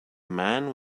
man